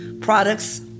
products